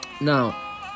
now